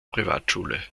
privatschule